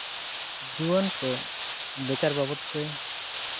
ᱡᱩᱣᱟᱹᱱ ᱠᱚ ᱵᱮᱠᱟᱨ ᱵᱟᱵᱚᱛ ᱛᱮ